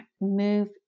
move